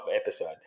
episode